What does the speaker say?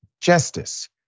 justice